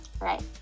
right